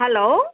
hello